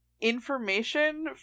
information